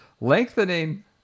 lengthening